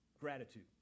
gratitude